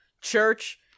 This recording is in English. church